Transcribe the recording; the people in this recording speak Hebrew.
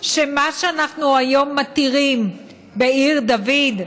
שמה שאנחנו היום מתירים בעיר דוד,